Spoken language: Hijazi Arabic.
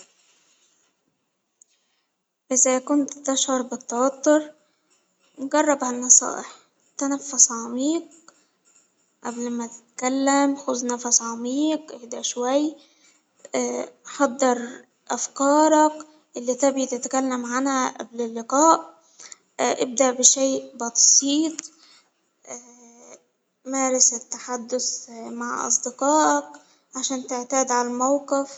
إذا كنت تشعر بالتوتر، جرب هالنصائح تنفس عميق قبل ما تتكلم خذ نفسك عميق إهدا شوي حضر أفكارك اللي تبغي تتكلم عنها قبل اللقاء، بشيء بسيط، مارس التحدث مع أصدقائك عشان تعتاد على الموقف.